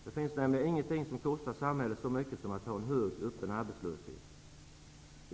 Det finns nämligen ingenting som kostar samhället så mycket som att ha en hög öppen arbetslöshet.